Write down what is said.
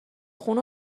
خون